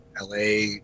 LA